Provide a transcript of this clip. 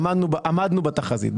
עמדנו בתחזית.